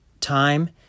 time